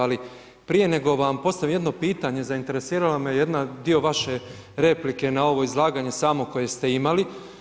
Ali prije nego vam postavim jedno pitanje zainteresirao me dio vaše replike na ovo izlaganje samo koje ste imali.